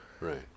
Right